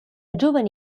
giovane